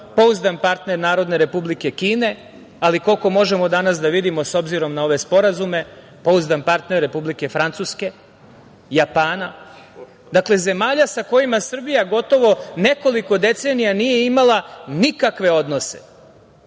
pouzdan partner Narodne Republike Kine, ali koliko možemo danas da vidimo, s obzirom na ove sporazume pouzdan partner Republike Francuske, Japana, zemalja sa kojima Srbija gotovo nekoliko decenija nije imala nikakve odnose,